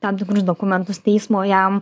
tam tikrus dokumentus teismo jam